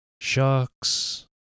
sharks